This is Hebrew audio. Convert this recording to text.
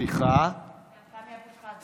שיושב כאן בירכתיים,